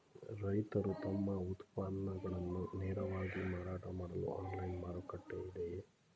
ರೈತರು ತಮ್ಮ ಉತ್ಪನ್ನಗಳನ್ನು ನೇರವಾಗಿ ಮಾರಾಟ ಮಾಡಲು ಆನ್ಲೈನ್ ಮಾರುಕಟ್ಟೆ ಇದೆಯೇ?